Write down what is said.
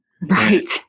Right